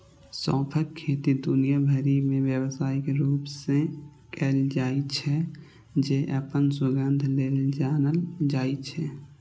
सौंंफक खेती दुनिया भरि मे व्यावसायिक रूप सं कैल जाइ छै, जे अपन सुगंध लेल जानल जाइ छै